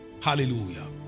Hallelujah